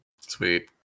Sweet